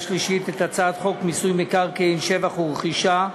שלישית את הצעת חוק מיסוי מקרקעין (שבח ורכישה)